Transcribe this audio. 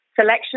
selection